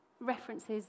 references